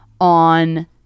On